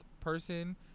person